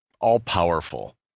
all-powerful